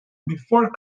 before